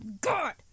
God